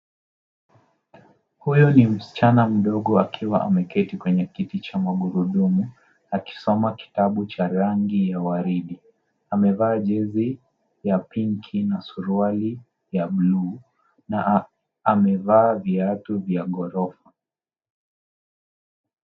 Huyu ni msichana mdogo akiwa ameketi kwenye kiti cha magurudumu akisoma kitabu cha rangi ya waridi. Amevaa jezi ya pinki na suruali ya buluu na amevaa viatu vya ghorofa.